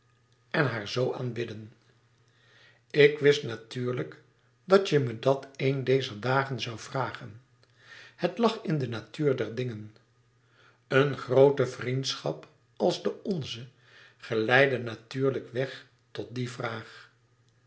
en haar zoo aanbidden ik wist natuurlijk dat je me dat een dezer dagen zoû vragen het lag in de natuur der dingen een groote vriendschap als de onze geleidde natuurlijk weg tot die vraag